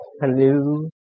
Hello